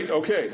Okay